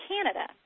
Canada